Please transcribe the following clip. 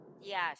Yes